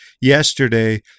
yesterday